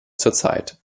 zurzeit